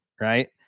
Right